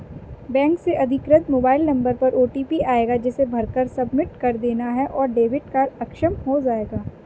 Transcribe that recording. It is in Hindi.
बैंक से अधिकृत मोबाइल नंबर पर ओटीपी आएगा जिसे भरकर सबमिट कर देना है और डेबिट कार्ड अक्षम हो जाएगा